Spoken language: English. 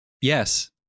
yes